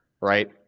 right